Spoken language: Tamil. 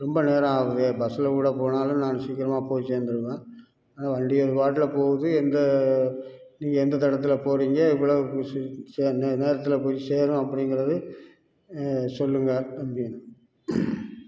ரொம்ப நேரம் ஆகுது பஸ்ஸில் கூட போனாலும் நான் சீக்கிரமாக போய் சேர்ந்துருவேன் வண்டி அது பாட்டில் போகுது எந்த நீங்கள் எந்த தடத்தில் போறீங்க எவ்வளோ எந்த நேரத்தில் போய் சேரும் அப்படிங்கறது சொல்லுங்க தம்பி